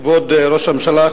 כבוד ראש הממשלה,